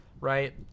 right